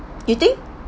you think